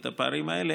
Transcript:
לעבוד.